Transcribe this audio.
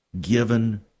given